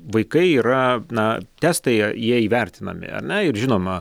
vaikai yra na testai jie įvertinami ar ne ir žinoma